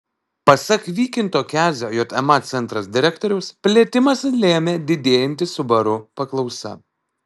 pasak vykinto kezio jma centras direktoriaus plėtimąsi lėmė didėjanti subaru paklausa